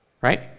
right